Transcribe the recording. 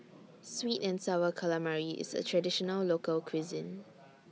Sweet and Sour Calamari IS A Traditional Local Cuisine